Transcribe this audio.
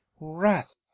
wrath